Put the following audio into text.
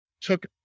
took